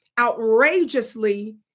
outrageously